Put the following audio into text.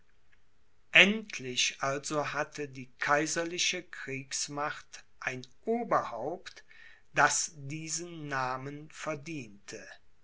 endlich also hatte die kaiserliche kriegsmacht ein oberhaupt das diesen namen verdiente